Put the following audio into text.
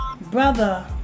brother